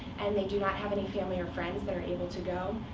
and they do not have any family or friends that are able to go,